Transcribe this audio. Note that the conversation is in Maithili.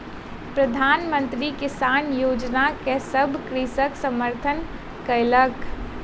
प्रधान मंत्री किसान योजना के सभ कृषक समर्थन कयलक